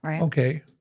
okay